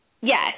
Yes